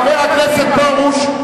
חבר הכנסת פרוש.